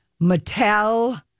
Mattel